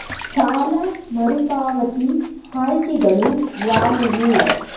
ಸಾಲ ಮರುಪಾವತಿ ಆಯ್ಕೆಗಳು ಯಾವುವು?